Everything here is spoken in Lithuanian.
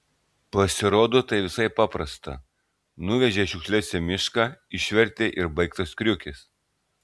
pasirodo tai visai paprasta nuvežei šiukšles į mišką išvertei ir baigtas kriukis